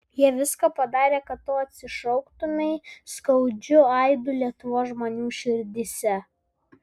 jie viską padarė kad tu atsišauktumei skaudžiu aidu lietuvos žmonių širdyse